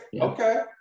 Okay